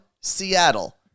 Seattle